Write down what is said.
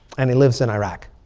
and he lives in iraq.